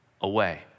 away